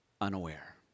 unaware